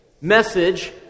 message